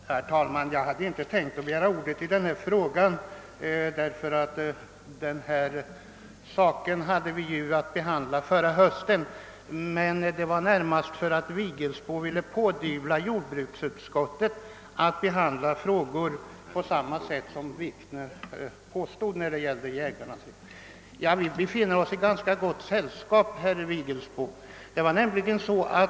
Herr talman! Jag hade inte tänkt begära ordet i denna fråga, eftersom vi behandlade den förra hösten. Att jag nu tar till orda beror närmast på att herr Vigelsbo på samma sätt som herr Wikner när det gällde jägarna vill anmärka på jordbruksutskottets sätt att behandla frågor. Vi befinner oss i ganska gott sällskap, herr Vigelsbo.